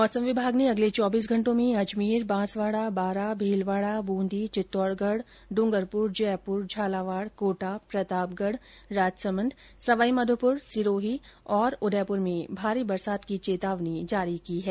मौसम विभाग ने अगले चौबीस घंटो में अजमेर बांसवाड़ा बारां भीलवाड़ा बूंदी चित्तौड़गढ़ डूंगरपुर जयपुर झालावाड़ कोटा प्रतापगढ़ राजसमंद सवाईमाधोपुर सिरोही उदयपुर में भारी बरसात की चेतावनी जारी की है